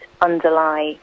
underlie